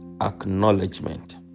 acknowledgement